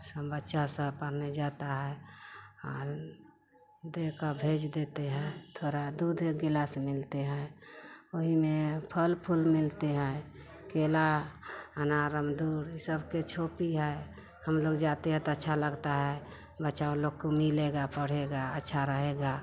सब बच्चे पढ़ने जाते हैं अँगना भेज देते हैं थोड़ा दूध एक गिलास मिलता है वहीं में फल फूल मिलते हैं केला अनार अंगूर ये सबको छोपी है हम लोग जाते हैं तो अच्छा लगता है बच्चा उन लोगों को मिलेगा पढ़ेगा अच्छा रहेगा